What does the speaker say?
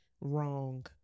wrong